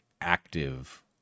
active